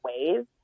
ways